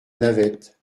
navette